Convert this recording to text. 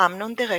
אמנון דירקטור,